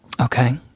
okay